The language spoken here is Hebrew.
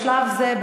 בשלב זה,